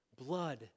blood